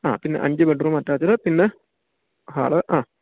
ആ പിന്നെ അഞ്ച് ബെഡ്റൂം അറ്റാച്ച്ഡ് പിന്നെ ഹാള് ആ